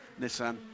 Nissan